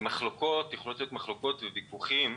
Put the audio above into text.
מחלוקות וויכוחים.